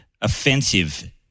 offensive